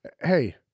Hey